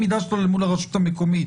העמידה שלו מול הרשות המקומית.